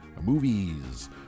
movies